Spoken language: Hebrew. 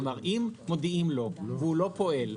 כלומר אם מודיעים לו והוא לא פועל,